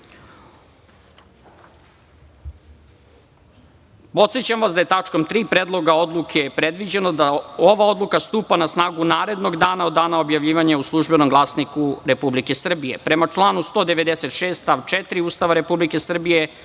vas da je tačkom 3. Predloga odluke predviđeno da ova odluka stupa na snagu narednog dana od dana objavljivanja u „Službenom glasniku Republike Srbije“.Prema članu 196. stav 4. Ustava Republike Srbije,